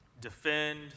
Defend